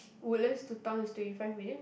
Woodlands to town is twenty five minute